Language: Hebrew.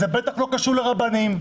וזה בטח לא קשור לרבנים.